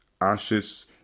Ashes